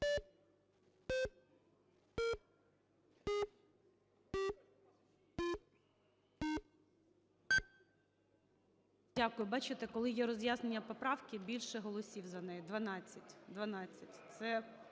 Дякую. Бачите, коли є роз'яснення поправки, більше голосів за неї: 12. 12. Це